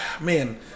Man